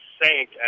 sank